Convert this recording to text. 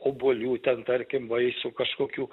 obuolių ten tarkim vaisių kažkokių